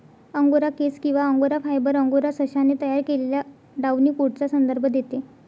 angora केस किंवा angora fibre, angora सशाने तयार केलेल्या डाउनी कोटचा संदर्भ देते